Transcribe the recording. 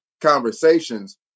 conversations